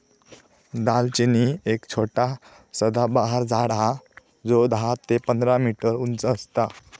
दालचिनी एक छोटा सदाबहार झाड हा जो दहा ते पंधरा मीटर उंच असता